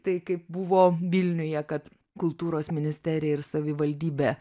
tai kaip buvo vilniuje kad kultūros ministerija ir savivaldybė